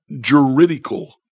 juridical